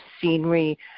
scenery